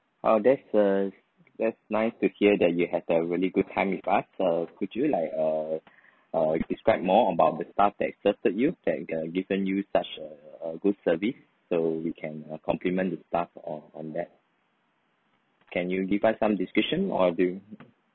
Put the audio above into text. oh that's a that's nice to hear that you had a really good time with us so could you like err uh describe more about the staff that served you that uh given you such a a a good service so we can uh compliment the staff on on that can you give us some description or do you